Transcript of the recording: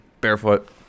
barefoot